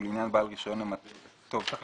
ולעניין בעל רישיון למתן שירותי פיקדון ואשראי